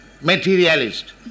materialist